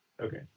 Okay